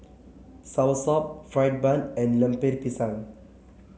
Soursop Fried Bun and Lemper Pisang